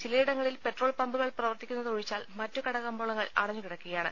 ചിലയിടങ്ങളിൽ പെട്രോൾ പമ്പുകൾ പ്രവർത്തിക്കുന്നത് ഒഴിച്ചാൽ മറ്റ് കടക മ്പോളങ്ങൾ അടഞ്ഞ് കിടക്കുകയാണ്